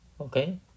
okay